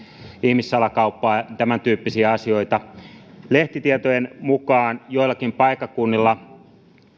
ihmissalakauppaa ja tämäntyyppisiä asioita lehtitietojen mukaan joillakin paikkakunnilla